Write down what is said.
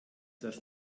das